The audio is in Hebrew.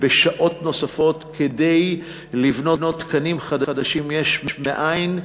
בשעות נוספות, כדי לבנות תקנים חדשים יש מאין,